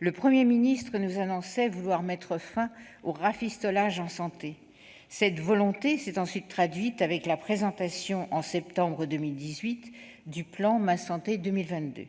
le Premier ministre nous annonçait vouloir mettre fin aux « rafistolages en santé ». Cette volonté s'est ensuite traduite avec la présentation, au mois de septembre 2018, du plan Ma santé 2022.